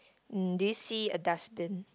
um do you see a dustbin